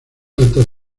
altas